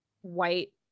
white